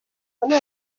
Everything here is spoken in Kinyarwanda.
none